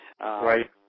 right